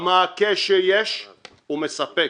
המעקה שיש הוא מספק.